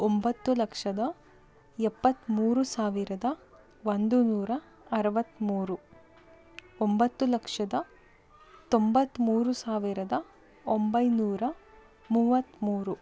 ಒಂಬತ್ತು ಲಕ್ಷದ ಎಪತ್ತ್ಮೂರು ಸಾವಿರದ ಒಂದುನೂರ ಅರವತ್ತ್ಮೂರು ಒಂಬತ್ತು ಲಕ್ಷದ ತೊಂಬತ್ತ್ಮೂರು ಸಾವಿರದ ಒಂಬೈನೂರ ಮೂವತ್ತ್ಮೂರು